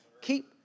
Keep